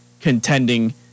contending